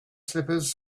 slippers